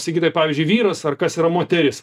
sigitai pavyzdžiui vyras ar kas yra moteris